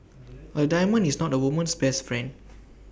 A diamond is not A woman's best friend